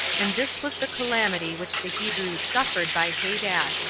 and this was the calamity which the hebrews suffered by hadad.